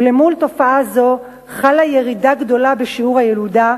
ולמול תופעה זו חלה ירידה גדולה בשיעור הילודה,